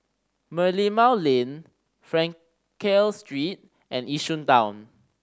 Merlimau Lane Frankel Street and Yishun Town